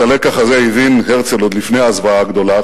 את הלקח הזה הבין הרצל עוד לפני הזוועה הגדולה,